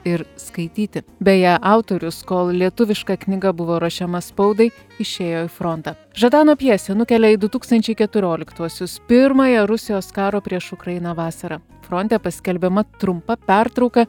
ir skaityti beje autorius kol lietuviška knyga buvo ruošiama spaudai išėjo į frontą žadano pjesė nukelia į du tūkstančiai keturioliktuosius pirmąją rusijos karo prieš ukrainą vasarą fronte paskelbiama trumpa pertrauka